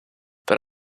but